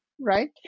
right